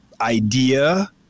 idea